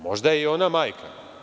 Možda je i ona majka.